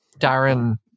Darren